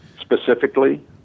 specifically